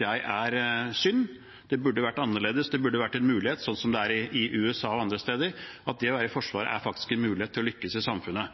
jeg er synd. Det burde vært annerledes. Det burde vært slik som det er i USA og andre steder, at det å være i Forsvaret faktisk er en mulighet til å lykkes i samfunnet.